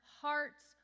hearts